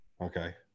Okay